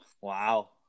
Wow